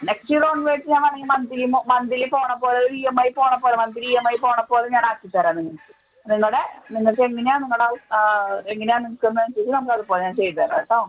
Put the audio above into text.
next year onwards ആ പറയുമ്പോൾ monthly monthly പോകണപോലെ ഒരു ഇ എം ഐ പോകണപോലെ മന്ത്ലി ഇ എം ഐ പോകണപോലെ ഞാൻ ആക്കിത്തരാം നിങ്ങൾക്ക് നിങ്ങളുടെ നിങ്ങൾക്ക് എങ്ങനെയാണ് നിങ്ങളുടെ എങ്ങനെയാണ് നിങ്ങൾക്ക് എന്ന് വച്ചു കഴിഞ്ഞാൽ നമ്മൾ അതുപോല ഞാൻ ചെയ്തുതരാം കേട്ടോ